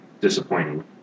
disappointing